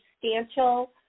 substantial